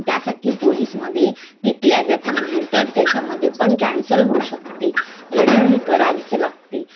त्यासाठी पोलिसमध्ये घेतले जाते नाही तर त्याच्यामध्ये पण कॅन्सल होऊ शकते रनिंग ही करावीच लागते